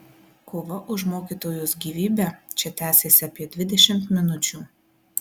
kova už mokytojos gyvybę čia tęsėsi apie dvidešimt minučių